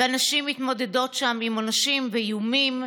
ונשים מתמודדות שם עם עונשים ואיומים,